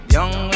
Young